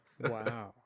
Wow